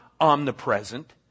omnipresent